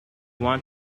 want